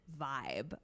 vibe